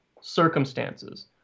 circumstances